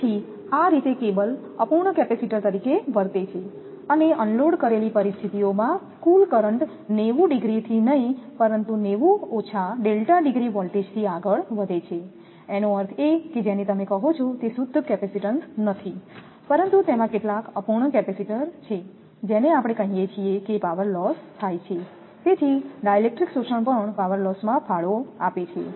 તેથી આ રીતે કેબલ અપૂર્ણ કેપેસિટર તરીકે વર્તે છે અને અનલોડ કરેલી પરિસ્થિતિઓમાં કુલ કરંટ નેવું ડિગ્રીથી નહીં પરંતુ ડિગ્રી વોલ્ટેજથી આગળ વધે છે એનો અર્થ એ કે જેને તમે કહો છો તે શુદ્ધ કેપેસિટેન્સ નથી પરંતુ તેમાં કેટલાક અપૂર્ણ કેપેસિટર છે જેને આપણે કહીએ છીએ કે પાવરલોસ થાય છે તેથી ડાઇલેક્ટ્રિક શોષણ પણ પાવરલોસ માં ફાળો આપે છે